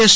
S